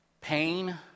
pain